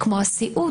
כמו הסיעוד.